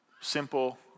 Simple